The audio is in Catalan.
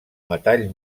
metall